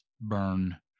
burn